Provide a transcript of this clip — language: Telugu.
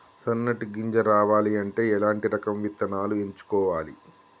సన్నటి గింజ రావాలి అంటే ఎలాంటి రకం విత్తనాలు ఎంచుకోవాలి?